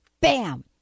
Bam